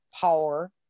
power